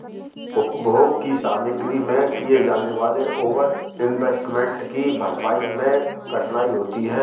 उपभोग की सामग्री में किए जाने वाले ओवर इन्वेस्टमेंट की भरपाई मैं कठिनाई होती है